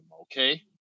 Okay